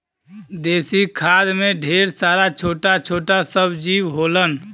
देसी खाद में ढेर सारा छोटा छोटा सब जीव होलन